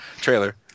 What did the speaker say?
trailer